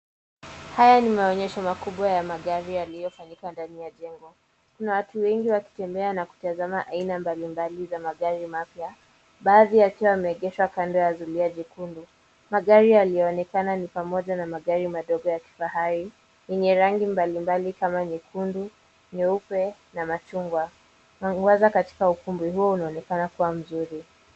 Haya ni maonyesho makubwa ya magari yaliyofanyika ndani ya jengo. Kuna watu wengi wakitembea na kutazama aina mbalimbali za magari mapya. Baadhi yakiwa yameegeshwa kando ya zulia jekundu. Magari yaliyoonekana ni pamoja na magari madogo ya kifahari, yenye rangi mbalimbali kama nyekundu, nyeupe, na machungwa. Mwangaza katika ukumbi huu unaonekana kuwa mzuri.